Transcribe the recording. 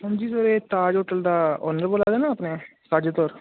हांजी sir Taj hotel दा owner बोल्ला दे ना अपने